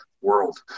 world